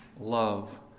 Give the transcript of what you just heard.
love